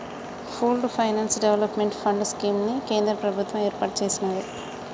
pooled finance development fund scheme ని కేంద్ర ప్రభుత్వం ఏర్పాటు చేసినాది